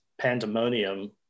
pandemonium